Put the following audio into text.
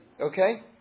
Okay